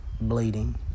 bleeding